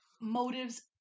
motives